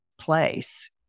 place